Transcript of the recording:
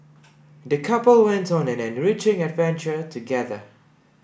the couple went on an enriching adventure together